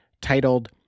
titled